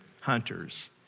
hunters